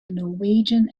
norwegian